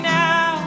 now